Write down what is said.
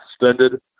suspended